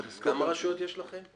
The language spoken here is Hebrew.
צריך לזכור --- כמה רשויות יש לכם?